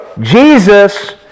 Jesus